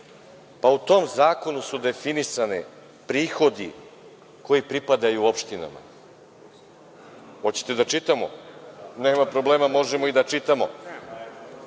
U tom zakonu su definisani prihodi koji pripadaju opštinama. Hoćete da čitamo? Nema problema, možemo i da čitamo.